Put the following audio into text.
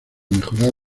mejorar